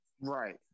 Right